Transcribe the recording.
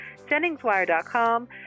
JenningsWire.com